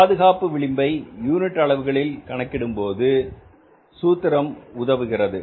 பாதுகாப்பு விளிம்பை யூனிட் அளவுகளில் கணக்கிடும்போது இந்த சூத்திரம் உதவுகிறது